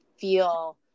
feel